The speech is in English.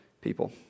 people